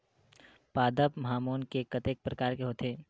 पादप हामोन के कतेक प्रकार के होथे?